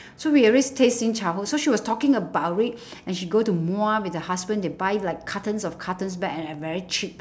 so we always taste 新潮 so she was talking about it and she go to muar with her husband they buy like cartons of cartons back and and very cheap